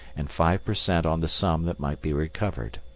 and five per cent. on the sum that might be recovered.